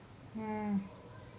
mm